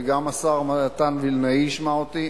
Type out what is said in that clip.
וגם השר מתן וילנאי ישמע אותי,